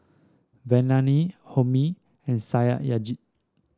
Vandana Homi and Satyajit